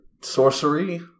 sorcery